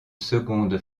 seconde